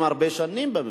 שעובדים הרבה שנים במפעל.